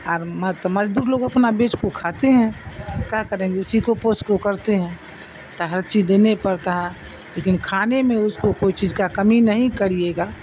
اور مت مزدور لوگ اپنا بیچ کو کھاتے ہیں کیا کریں گے اسی کو پوس کو کرتے ہیں تو ہر چیز دینے پڑتا ہے لیکن کھانے میں اس کو کوئی چیز کا کمی نہیں کریے گا